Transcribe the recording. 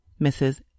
Mrs